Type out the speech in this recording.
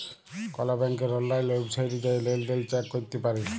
call ব্যাংকের অললাইল ওয়েবসাইটে জাঁয়ে লেলদেল চ্যাক ক্যরতে পারি